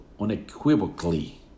unequivocally